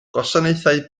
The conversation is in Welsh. gwasanaethau